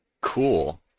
cool